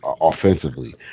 Offensively